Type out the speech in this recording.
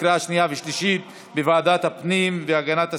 לקריאה שנייה ושלישית לוועדת הפנים והגנת הסביבה.